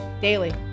daily